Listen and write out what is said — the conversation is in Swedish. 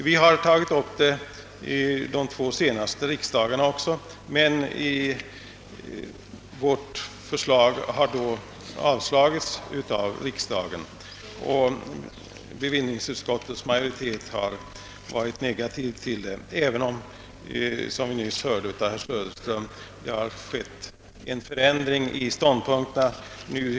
Vi har även tagit upp det vid de två närmast föregående riksdagarna, men vårt förslag har avslagits av riksdagen, och bevillningsutskottets majoritet har ställt sig negativ till det, även om, som vi nyss hörde av herr Söderström, en förändring i ståndpunktstagandet har ägt rum.